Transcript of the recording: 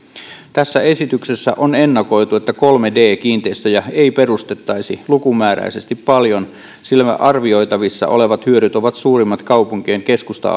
tässä esityksessä on ennakoitu että kolme d kiinteistöjä ei perustettaisi lukumääräisesti paljon sillä arvioitavissa olevat hyödyt ovat suurimmat kaupunkien keskusta